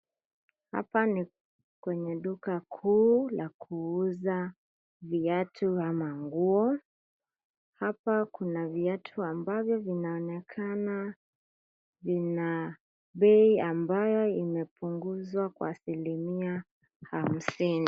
Hapa ni kwenye duka kuu la kuuza viatu ama nguo, hapa kuna viatu ambavyo vinaonekana vina bei ambayo imepunguzwa kwa asilimia hamsini.